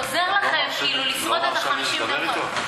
הוא עוזר לכם כאילו לשרוד את 50 הדקות.